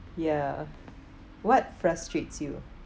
ya what frustrates you